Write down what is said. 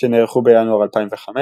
שנערכו בינואר 2005,